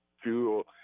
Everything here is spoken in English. fuel